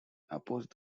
opposed